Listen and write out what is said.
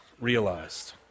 realized